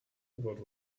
what